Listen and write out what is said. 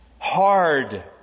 hard